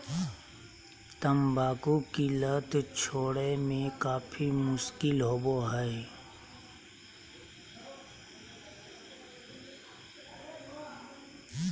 तंबाकू की लत छोड़े में काफी मुश्किल होबो हइ